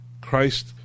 Christ